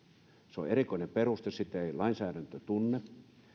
se on erikoinen peruste lainsäädäntö tunne